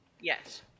Yes